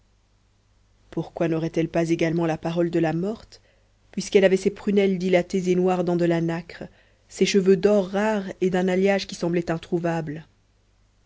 pourquoi n'aurait-elle pas également la parole de la morte puisqu'elle avait ses prunelles dilatées et noires dans de la nacre ses cheveux d'or rare et d'un alliage qui semblait introuvable